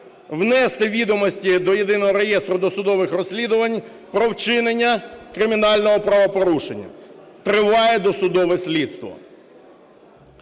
внести відомості до Єдиного реєстру досудових розслідувань про вчинення кримінального правопорушення, триває досудове слідство.